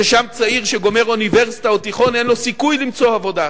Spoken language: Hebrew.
ששם צעיר שגומר אוניברסיטה או תיכון אין לו סיכוי למצוא עבודה,